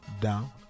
down